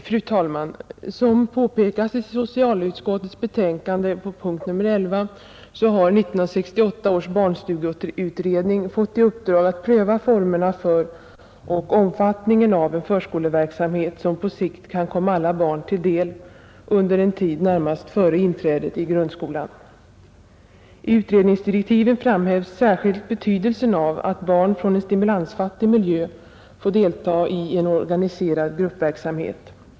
Fru talman! Som påpekas i socialutskottets betänkande under punkten 11 har 1968 års barnstugeutredning fått i uppdrag att pröva formerna för och omfattningen av den förskoleverksamhet som på sikt kan komma alla barn till del under en tid närmast före inträdet i grundskolan, I utredningsdirektiven framhävs särskilt betydelsen av att barn från en stimulansfattig miljö får delta i en organiserad gruppverksamhet.